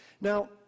Now